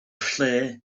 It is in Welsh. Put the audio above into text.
lle